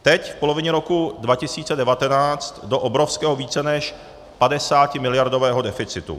Teď, v polovině roku 2019, do obrovského více než padesátimiliardového deficitu.